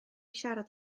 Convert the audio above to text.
siarad